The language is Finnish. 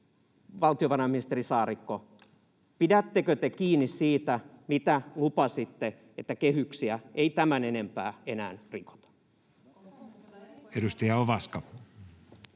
valtiovarainministeri Saarikko: pidättekö te kiinni siitä, mitä lupasitte, että kehyksiä ei tämän enempää enää rikota? Edustaja Ovaska.